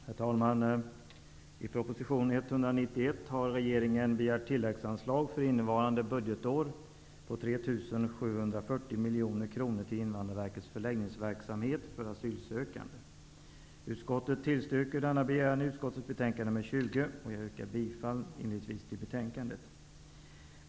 Herr talman! I proposition 191 har regeringen begärt tilläggsanslag för innevarande budgetår på Jag yrkar inledningsvis bifall till utskottets hemställan.